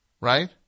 right